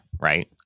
right